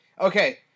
Okay